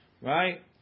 Right